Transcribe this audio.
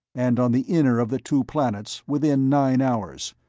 and on the inner of the two planets, within nine hours.